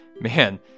man